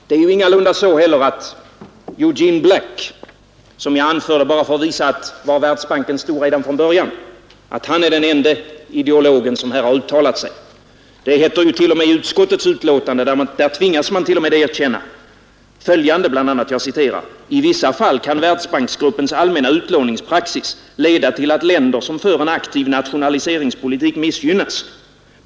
Det är heller ingalunda så att Eugene Black, som jag nämner bara för att visa var Världsbanken stod redan från början, är den enda ideolog som här har uttalat sig. T. o. m, i utskottets betänkande tvingas man erkänna bl.a. följande: ”I vissa fall kan Världsbanksgruppens allmänna utlåningspraxis leda till att länder som för en aktiv nationaliseringspolitik missgynnas.